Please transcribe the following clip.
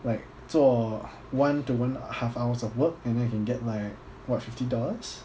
like 做 one to one half hours of work and then you can get like what fifty dollars